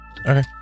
Okay